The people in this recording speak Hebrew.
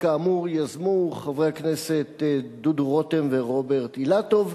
שכאמור יזמו חברי הכנסת דודו רותם ורוברט אילטוב,